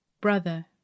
Brother